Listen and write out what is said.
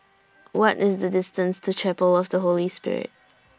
What IS The distance to Chapel of The Holy Spirit